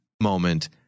moment